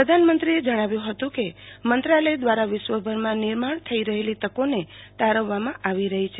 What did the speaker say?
પ્રધાનમંત્રીએ જણાવ્યું હતું કે મંત્રાલય દ્વારા વિશ્વભરમાં નિર્માણ થઈ રહેલી તકોને તારવવામાં આવી રહી છે